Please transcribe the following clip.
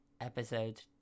episode